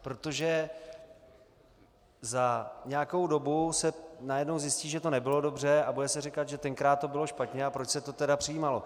Protože za nějakou dobu se najednou zjistí, že to nebylo dobře, a bude se říkat, že tenkrát to bylo špatně a proč se to tedy přijímalo.